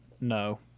No